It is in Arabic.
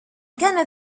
كان